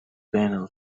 banal